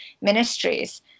ministries